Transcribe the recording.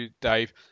Dave